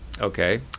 Okay